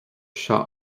seo